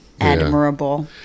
admirable